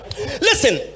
listen